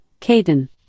Caden